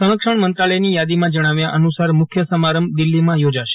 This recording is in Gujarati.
સંરક્ષજ્ઞ મંત્રાલયની યાદીમાં જજ્ઞાવ્યા અનુસાર મુખ્ય સમારંભ દિલ્હીમાં યોજાશે